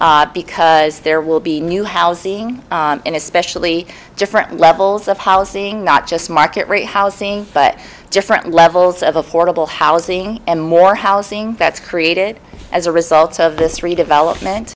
city because there will be new housing and especially different levels of holocene not just market rate housing but different levels of affordable housing and more housing that's created as a result of this redevelopment